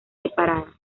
separadas